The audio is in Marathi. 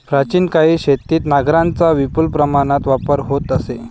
प्राचीन काळी शेतीत नांगरांचा विपुल प्रमाणात वापर होत असे